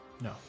No